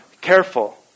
careful